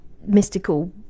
mystical